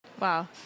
Wow